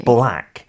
Black